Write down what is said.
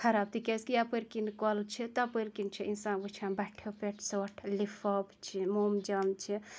خراب تِکیازِ کہِ یَپٲرۍ کِنۍ کۄلہِ چھِ تَپٲرۍ کِنۍ چھُ اِنسان وٕچھان بَٹھٮ۪و پٮ۪ٹھ ژھوٚٹھ لِفاپ چھِ موم جام چھِ